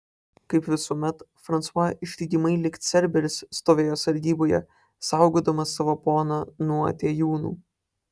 kaip visuomet fransua ištikimai lyg cerberis stovėjo sargyboje saugodamas savo poną nuo atėjūnų